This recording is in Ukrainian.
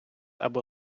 або